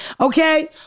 Okay